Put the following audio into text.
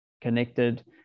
connected